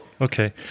okay